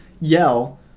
yell